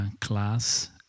class